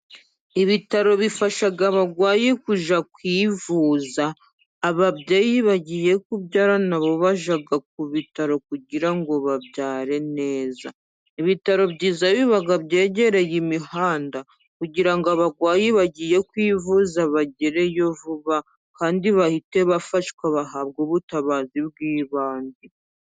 Ibitaro bifasha abarwayi kujya kwivuza .Ababyeyi bagiye kubyara na bo bajya ku bitaro kugira ngo babyare neza .Ibitaro byiza biba byegereye imihanda, kugira ngo abarwayi bagiye kwivuza bagereyo vuba ,kandi bahite bafashwa ,bahabwe ubutabazi bw'ibanze.